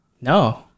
No